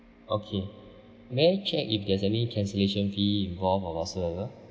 okay may I check if there's any cancellation fee involve or whatsoever